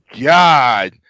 God